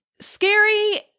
scary